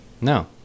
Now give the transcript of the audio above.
No